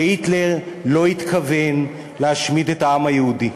שהיטלר לא התכוון להשמיד את העם היהודי.